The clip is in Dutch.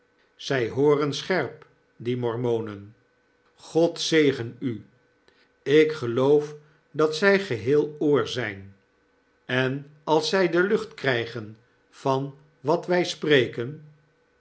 zij hooren scherp die mormonen god zegen u ik geloof dat zy geheel oor zyn en als zy de lucht krijgen van wat wy spreken